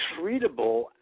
treatable